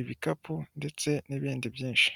ibikapu ndetse n'ibindi byinshi.